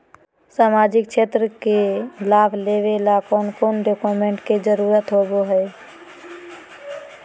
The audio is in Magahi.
सामाजिक क्षेत्र के लाभ लेबे ला कौन कौन डाक्यूमेंट्स के जरुरत होबो होई?